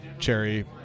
cherry